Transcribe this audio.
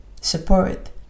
support